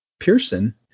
Pearson